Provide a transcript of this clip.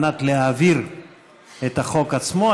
על מנת להעביר את החוק עצמו,